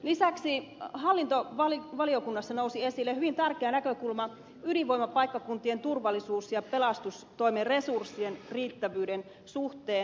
lisäksi hallintovaliokunnassa nousi esille hyvin tärkeä näkökulma ydinvoimapaikkakuntien turvallisuus ja pelastustoimen resurssien riittävyyden suhteen